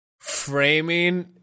Framing